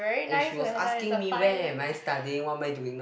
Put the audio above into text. and she was asking where am I studying what am I doing now